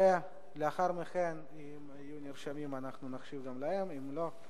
לאחר מכן אם יהיו נרשמים נקשיב גם להם, ואם לא,